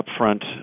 upfront